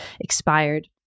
expired